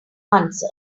answer